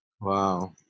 Wow